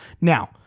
Now